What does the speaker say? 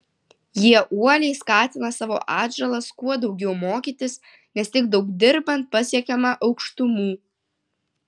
jie uoliai skatina savo atžalas kuo daugiau mokytis nes tik daug dirbant pasiekiama aukštumų